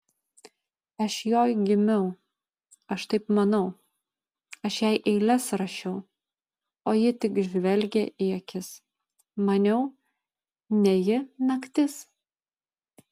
aš joj gimiau aš taip manau aš jai eiles rašiau o ji tik žvelgė į akis maniau ne ji naktis